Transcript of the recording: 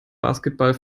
basketball